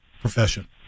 profession